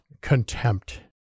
contempt